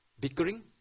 bickering